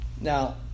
Now